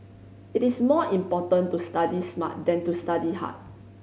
it is more important to study smart than to study hard